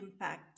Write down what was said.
impact